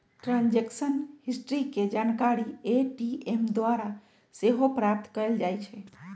transaction history के जानकारी ATM द्वारा सेहो प्राप्त कएल जाइ छइ